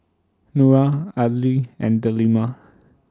Nura Aidil and Delima